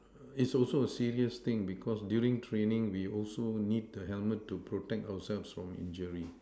it's also a serious thing because during training we also need the helmet to protect ourselves from injury